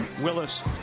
Willis